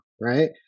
right